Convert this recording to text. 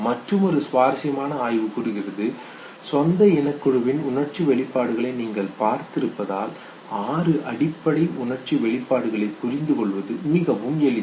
மற்றுமொரு சுவாரசியமான ஆய்வு கூறுகிறது சொந்த இனக்குழுவின் உணர்ச்சி வெளிப்பாடுகளை நீங்கள் பார்த்திருப்பதால் ஆறு அடிப்படை உணர்ச்சி வெளிப்பாடுகளை புரிந்து கொள்வது மிகவும் எளிது